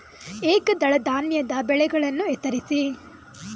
ಏಕದಳ ಧಾನ್ಯದ ಬೆಳೆಗಳನ್ನು ಹೆಸರಿಸಿ?